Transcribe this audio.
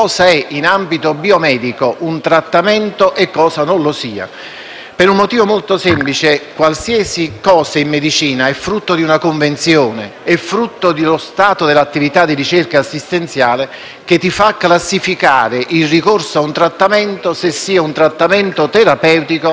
per un motivo molto semplice: qualsiasi cosa in medicina è frutto di una convenzione; è frutto di uno stato dell'attività di ricerca assistenziale che fa classificare il ricorso a un trattamento se sia un trattamento terapeutico o un trattamento di cura.